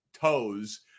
toes